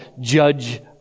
judge